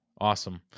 Awesome